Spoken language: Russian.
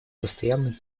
постоянным